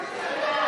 מי בעד?